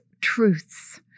truths